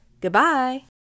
Goodbye